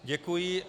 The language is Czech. Děkuji.